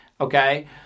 Okay